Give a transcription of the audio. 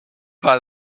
part